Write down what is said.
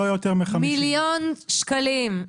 מיליון שקלים.